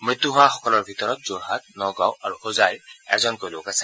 মৃত্যু হোৱাসকলৰ ভিতৰত যোৰহাট নগাঁও আৰু হোজাইৰ এজনকৈ লোক আছে